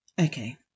Okay